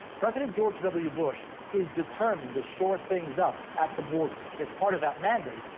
president george w. bush is determined to shore things up at the borders. as part of that mandate,